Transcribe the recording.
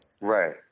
Right